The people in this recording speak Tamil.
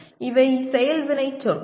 இவை செயல் வினைச்சொற்கள்